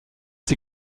sie